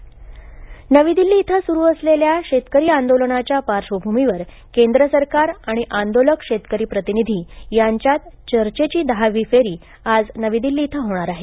शेतकरी चर्चा नवी दिल्ली इथं सुरु असलेल्या शेतकरी आंदोलनाच्या पार्श्वभूमीवर केंद्र सरकार आणि आंदोलक शेतकरी प्रतिनिधी यांच्यात चर्चेची दहावी फेरी आज नवी दिल्ली इथं होणार आहे